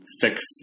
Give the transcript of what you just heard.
fix